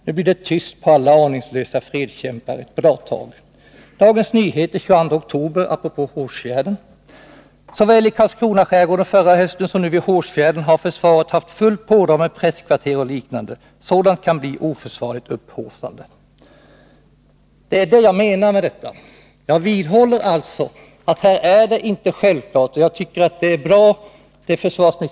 Nu blir det tyst på alla aningslösa fredskämpar ett bra tag.” I Dagens Nyheter står det den 22 oktober apropå Hårsfjärden: ”Såväl i Karlskronaskärgården förra hösten som nu vid Hårsfjärden har försvaret haft fullt pådrag med presskvarter och liknande. Sådant kan bli oförsvarligt upphaussande.” Det är det jag menar. Jag vidhåller alltså att det inte är självklart hur pressen skall informeras.